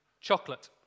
chocolate